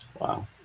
Wow